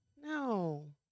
No